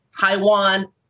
Taiwan